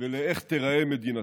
ולאיך תיראה מדינתנו.